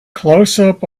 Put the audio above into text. closeup